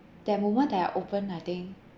that moment that I open I think